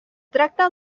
tracta